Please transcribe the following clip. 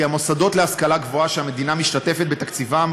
כי המוסדות להשכלה גבוהה שהמדינה משתתפת בתקציבם